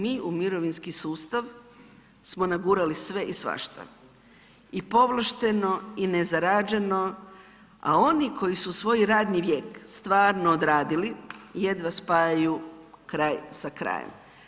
Mi u mirovinski sustav smo nagurali sve i svašta, i povlašteno i nezarađeno, a oni koji su svoj radni vijek stvarno odradili jedva spajaju kraj sa krajem.